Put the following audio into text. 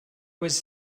was